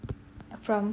from